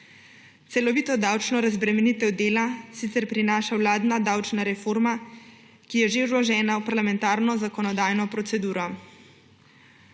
Celovito davčno razbremenitev dela sicer prinaša vladna davčna reforma, ki je že vložena v parlamentarno zakonodajno proceduro.